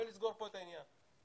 ולסגור פה את העניין.